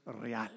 real